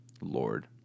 Lord